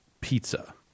Pizza